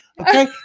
Okay